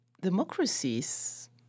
democracies